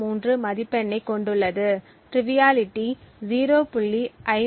03 மதிப்பெண்ணைக் கொண்டுள்ளது ட்ரிவியாலிட்டி 0